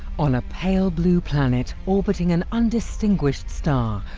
on a pale blue planet, orbiting an undistinguished star,